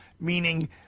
meaning